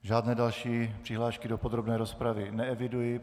Žádné další přihlášky do podrobné rozpravy neeviduji.